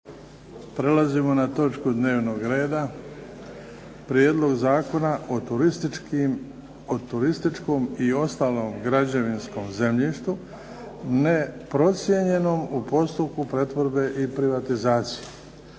Prelazimo na točku dnevnog reda 12. Prijedlog zakona o turističkom i ostalom građevinskom zemljištu neprocijenjenom u postupku pretvorbe i privatizacije,